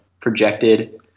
projected